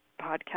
podcast